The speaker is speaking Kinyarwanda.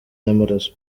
n’amaraso